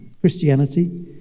Christianity